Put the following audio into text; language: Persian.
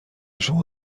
شما